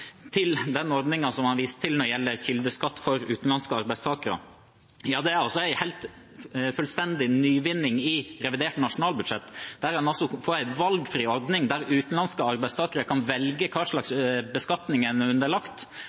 Til den ordningen som han viste til når det gjelder kildeskatt for utenlandske arbeidstakere: Det er en fullstendig nyvinning i revidert nasjonalbudsjett. En får altså en valgfri ordning der utenlandske arbeidstakere kan velge hva slags beskatning en er underlagt,